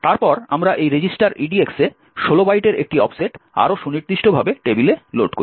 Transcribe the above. তারপর আমরা এই রেজিস্টার EDX এ 16 বাইটের একটি অফসেট আরও সুনির্দিষ্টভাবে টেবিলে লোড করি